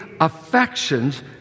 affections